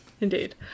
Indeed